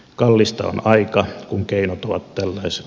kallista on aika kun keinot ovat tällaiset